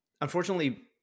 Unfortunately